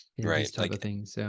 Right